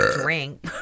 drink